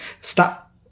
stop